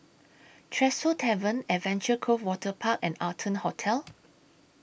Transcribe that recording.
Tresor Tavern Adventure Cove Waterpark and Arton Hotel